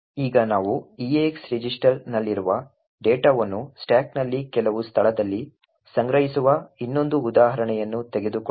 ಈಗ ನಾವು eax ರಿಜಿಸ್ಟರ್ನಲ್ಲಿರುವ ಡೇಟಾವನ್ನು ಸ್ಟಾಕ್ನಲ್ಲಿ ಕೆಲವು ಸ್ಥಳದಲ್ಲಿ ಸಂಗ್ರಹಿಸುವ ಇನ್ನೊಂದು ಉದಾಹರಣೆಯನ್ನು ತೆಗೆದುಕೊಳ್ಳೋಣ